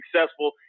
successful